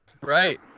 right